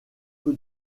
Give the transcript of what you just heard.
peu